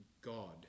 God